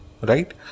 right